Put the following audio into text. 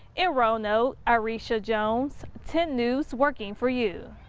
hirono um murray should jones ten news working for you.